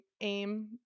AIM